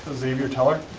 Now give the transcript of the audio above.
xavier teller.